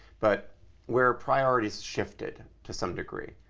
but where priorities shifted to some degree,